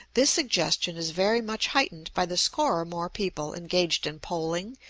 this suggestion is very much heightened by the score or more people engaged in poling,